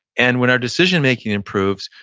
and when our decision making improves,